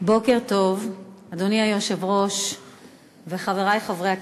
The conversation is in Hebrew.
בוקר טוב, אדוני היושב-ראש וחברי חברי הכנסת.